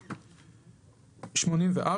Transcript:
"84.